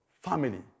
family